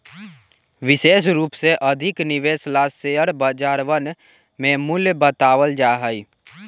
विशेष रूप से अधिक निवेश ला शेयर बजरवन में मूल्य बतावल जा हई